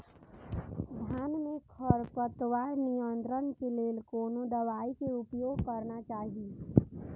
धान में खरपतवार नियंत्रण के लेल कोनो दवाई के उपयोग करना चाही?